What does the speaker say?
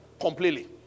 completely